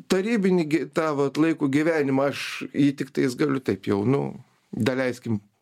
tarybinį gi tą vat laikų gyvenimą aš jį tiktais galiu taip jau nu daleiskim